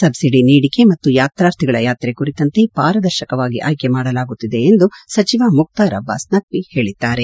subsidy ನೀಡಿಕೆ ಮತ್ತು ಯಾತ್ರಾರ್ಥಿಗಳ ಯಾತ್ರೆ ಕುರಿತಂತೆ ಪಾರದರ್ಶಕವಾಗಿ ಆಯ್ಕೆ ಮಾಡಲಾಗುತ್ತಿದೆ ಎಂದು ಸಚಿವ ಮುಕ್ತಾರ್ ಅಬ್ಬಾಸ್ ನಖ್ವಿ ಹೇಳಿದ್ದಾರೆ